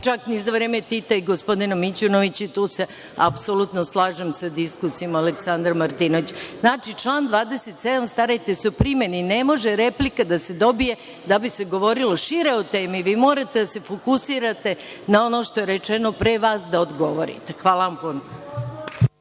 čak i za vreme Tita i gospodina Mićunovića, tu se apsolutno slažem sa diskusijom Aleksandra Martinovića. Znači, član 27. starajte se o primeni. Ne može replika da se dobije da bi se govorilo šire od teme. Vi morate da se fokusirate na ono što je rečno pre vas da odgovorite. Hvala vam puno.